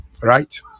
Right